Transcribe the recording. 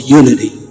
unity